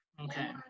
okay